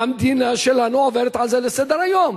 והמדינה שלנו עוברת על זה לסדר-היום.